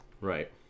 Right